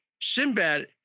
Sinbad